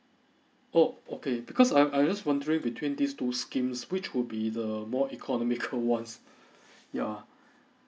oh okay because I I just wondering between these two schemes which will be the more economical ones yeah